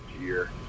year